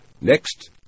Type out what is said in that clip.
Next